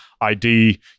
ID